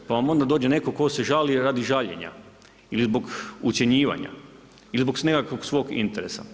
Pa vam onda dođe netko tko se žali radi žaljenja ili zbog ucjenjivanja ili zbog nekakvog svog interesa.